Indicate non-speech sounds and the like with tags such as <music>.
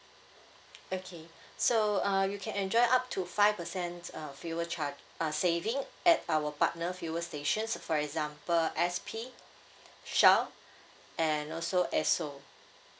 okay <breath> so uh you can enjoy up to five percent uh fuel char~ uh saving at our partner fuel stations for example S_P shell <breath> and also esso